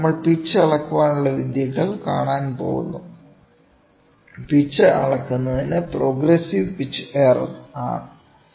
ഇപ്പോൾ നമ്മൾ പിച്ച് അളക്കാനുള്ള വിദ്യകൾ കാണാൻ പോകുന്നു പിച്ച് അളക്കുന്നത് പ്രോഗ്രസ്സിവ് പിച്ച് എറർ ആണ്